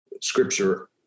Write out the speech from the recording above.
scripture